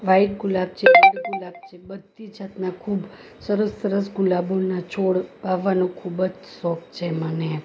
white ગુલાબ છે red ગુલાબ છે બધી જાતના ખૂબ સરસ સરસ ગુલાબોના છોડ વાવવાનો ખૂબ જ શોખ છે મને